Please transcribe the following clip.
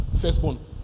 Firstborn